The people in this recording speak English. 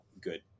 good